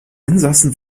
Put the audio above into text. insassen